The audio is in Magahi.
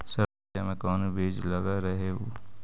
सरसोई मे कोन बीज लग रहेउ?